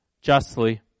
justly